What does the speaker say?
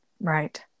Right